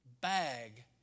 bag